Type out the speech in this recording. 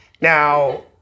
Now